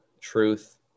truth